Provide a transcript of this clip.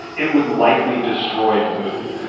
it would likely destroy the movie.